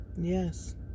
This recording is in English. Yes